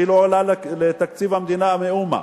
שלא עולה לתקציב המדינה מאומה.